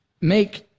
make